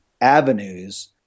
avenues